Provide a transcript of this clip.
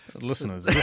Listeners